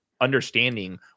understanding